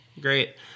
Great